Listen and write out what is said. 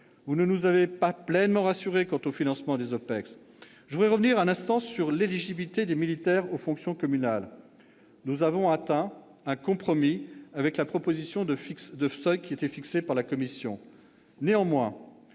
Vous ne nous avez pas non plus pleinement rassurés quant au financement des OPEX. Je voudrais revenir un instant sur l'éligibilité des militaires aux fonctions communales. Nous avons atteint un compromis avec la proposition de seuils fixés par la commission.